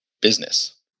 business